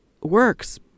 works